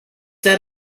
that